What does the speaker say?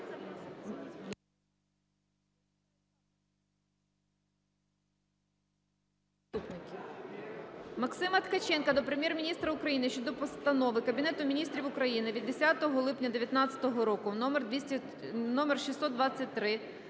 Максима Ткаченка до Прем'єр-міністра України щодо Постанови Кабінету Міністрів України від 10 липня 2019 року № 623